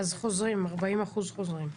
ואז 40% חוזרים.